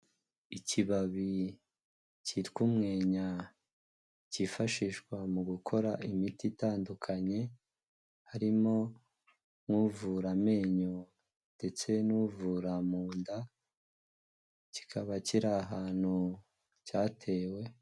Ikibabi cyitwa umwenya cyifashishwa mu gukora imiti itandukanye, harimo nk'uvura amenyo ndetse n'uvura mu nda, kikaba kiri ahantu cyatewe.